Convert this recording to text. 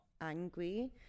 angry